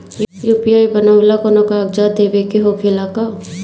UPI बनावेला कौनो कागजात देवे के होखेला का?